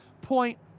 point